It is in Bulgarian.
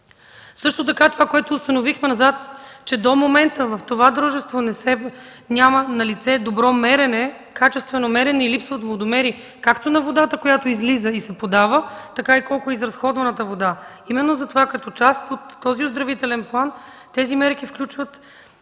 Също така установихме, че до момента в това дружество няма налице добро, качествено мерене и липсват водомери както на водата, която излиза и се подава, така и количеството на изразходваната вода. Именно затова като част от оздравителния план мерките включват